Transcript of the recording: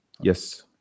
Yes